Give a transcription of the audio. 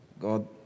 God